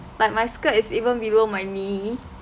like my skirt is even below my knee